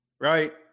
right